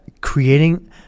creating